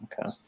Okay